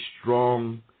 strong